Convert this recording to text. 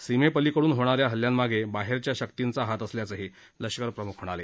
सीमेपलीकडून होणाऱ्या हल्ल्यांमागे बाहेरच्या शक्तींचाही हात असल्याचं लष्करप्रम्ख म्हणाले